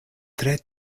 tre